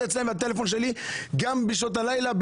אצלם והטלפון שלי עובד גם בשעות הלילה,